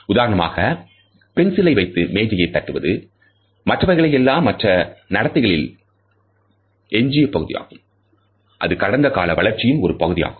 உதாரணமாக பென்சிலை வைத்து மேஜையை தட்டுவது மற்றவைகள் எல்லாம் மற்ற நடத்தைகளில் எஞ்சிய பகுதி ஆகும் அது கடந்த கால வளர்ச்சியின் ஒரு பகுதியாகும்